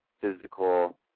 physical